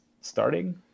starting